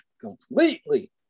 completely